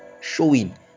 showing